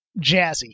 Jazzy